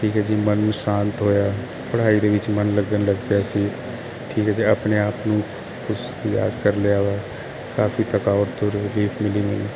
ਠੀਕ ਹੈ ਜੀ ਮਨ ਸ਼ਾਂਤ ਹੋਇਆ ਪੜਾਈ ਦੇ ਵਿੱਚ ਮਨ ਲੱਗਣ ਲੱਗ ਪਿਆ ਸੀ ਠੀਕ ਹੈ ਤੇ ਆਪਣੇ ਆਪ ਨੂੰ ਖੁਸ਼ਾ ਮਿਜ਼ਾਜ਼ ਕਰ ਲਿਆ ਵਾ ਕਾਫੀ ਥਕਾਵਟ ਤੋਂ ਰਲੀਫ ਮਿਲੀ ਮੈਨੂੰ